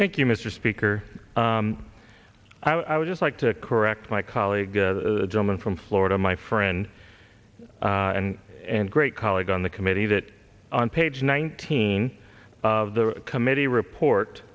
thank you mr speaker i would just like to correct my colleague a gentleman from florida my friend and and great colleague on the committee that on page nineteen of the committee report